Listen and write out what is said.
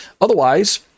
Otherwise